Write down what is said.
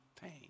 pain